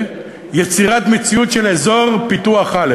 היא יצירת מציאות של אזור פיתוח א'.